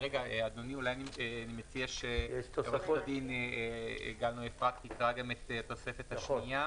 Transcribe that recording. אדוני, אני מציע שאפרת תקרא גם את התוספת השנייה